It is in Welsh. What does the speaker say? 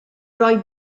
roi